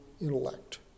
intellect